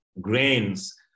grains